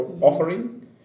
offering